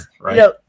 right